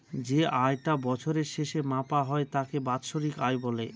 যে আয় টা বছরের শেষে মাপা হয় তাকে বাৎসরিক আয় বলে